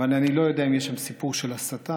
אבל אני לא יודע אם יש שם סיפור של הסתה.